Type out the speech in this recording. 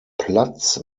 platz